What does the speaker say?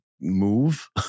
move